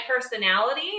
personality